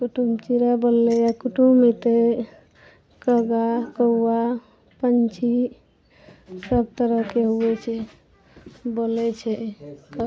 कुटुम चिड़ै बोललैया कुटुम अयतै कागा कौआ पक्षी सब तरहके हुअइ छै बोलै छै